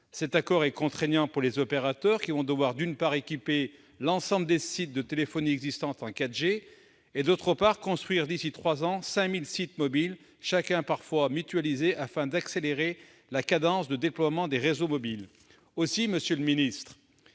Cet accord est contraignant pour les opérateurs, qui vont devoir, d'une part, équiper l'ensemble des sites de téléphonie existants en 4G et, d'autre part, construire d'ici à trois ans 5 000 sites mobiles chacun, sites parfois mutualisés, afin d'accélérer la cadence de déploiement des réseaux mobiles. Aussi, monsieur le ministre,